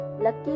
Lucky